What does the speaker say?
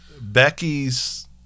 Becky's